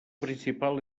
principal